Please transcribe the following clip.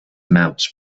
mounts